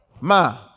ma